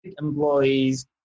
employees